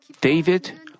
David